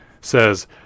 says